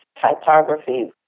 typography